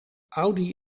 audi